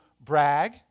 brag